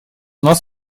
нас